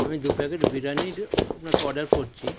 আমি দু প্যাকেট বিরিয়ানির আপনাকে অর্ডার করছি